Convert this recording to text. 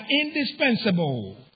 indispensable